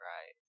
Right